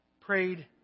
prayed